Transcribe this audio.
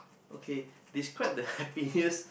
okay describe the happiest